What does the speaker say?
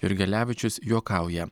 jurgelevičius juokauja